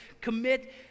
commit